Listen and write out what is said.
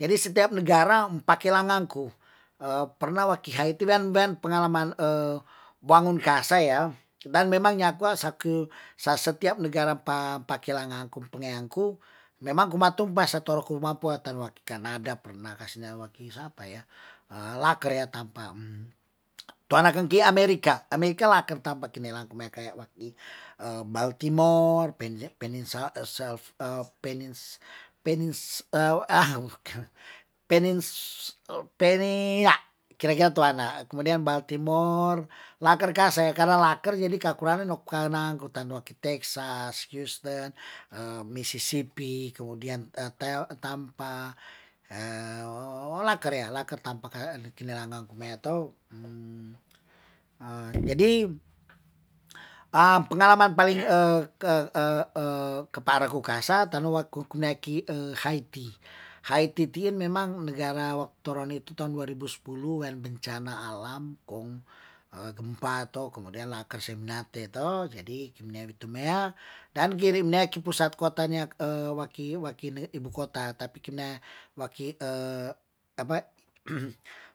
Jadi setiap negara pakelanganku, pernah wakiha itu kan pengalaman wangunkasa ya dan memang nyakua sake sa setiap negara pa pakelanganku pengeanku, memang ku matumpa sator ku ma puatan waki kanada pernah kasi nawaki sapa ya, laker ya tapa tuana kan ki amerika, amerika laker tampa kinelangku me ke waki baru timor peni- peninsa- salf- penins- yak kira- kira tuana, kemudian baru timor, laker ka se karna laker jadi kakurangan no karna gutan waki texas, yusten, misisipi, kemudian tampa laker ya laker tampa kinelanganku mea tou jadi, pengalaman paling kepareku kasa tanawaku kunaiki haiti, haiti tien memang negara toroni tu taong dua ribu sepuluh bencana alam kong gempa kong laker seminate to jadi kimener tumea dan girimneki pusat kotane waki waki ibu kota tapi kimnea waki apa